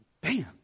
Bam